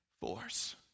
force